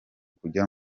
kujya